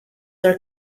are